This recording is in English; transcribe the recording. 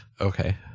Okay